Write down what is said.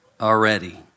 already